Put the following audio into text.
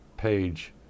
page